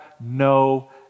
no